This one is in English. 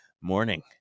morning